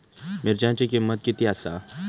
मिरच्यांची किंमत किती आसा?